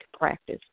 practice